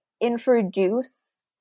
introduce